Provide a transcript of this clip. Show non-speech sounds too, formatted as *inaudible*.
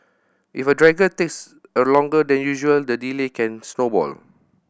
if a *unintelligible* takes a longer than usual the delay can snowball